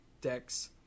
decks